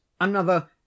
Another